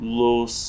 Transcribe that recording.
los